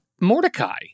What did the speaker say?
Mordecai